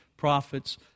prophets